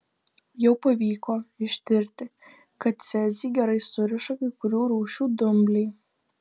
jau pavyko ištirti kad cezį gerai suriša kai kurių rūšių dumbliai